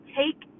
take